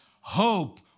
hope